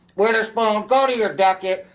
witherspoon go to your docket.